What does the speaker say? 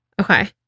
Okay